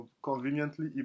Conveniently